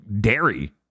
dairy